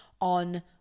on